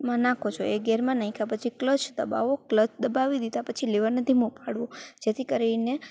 માં નાખો છો એ ગેરમાં નાખ્યા પછી ક્લચ દબાવો ક્લચ દબાવી દીધા પછી લિવરને ધીમું પાડવું જેથી કરીને